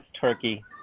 turkey